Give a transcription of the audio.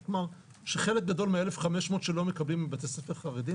זה נכון שחלק גדול מה-1,500 שלא מקבלים הם בתי ספר חרדיים?